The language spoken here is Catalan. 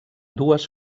dues